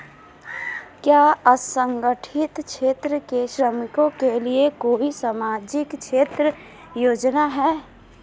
क्या असंगठित क्षेत्र के श्रमिकों के लिए कोई सामाजिक क्षेत्र की योजना है?